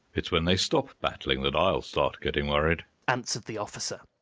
it's when they stop battling that i'll start getting worried, answered the officer.